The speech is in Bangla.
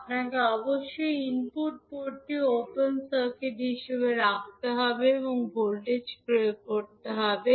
আপনাকে অবশ্যই ইনপুট পোর্টটি ওপেন সার্কিট হিসাবে রাখতে হবে এবং ভোল্টেজ প্রয়োগ করতে হবে